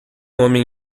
homem